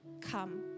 come